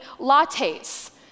lattes